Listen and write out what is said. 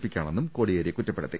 പിക്കാ ണെന്നും കോടിയേരി കുറ്റപ്പെടുത്തി